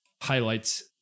highlights